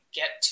get